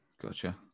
gotcha